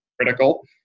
critical